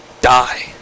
die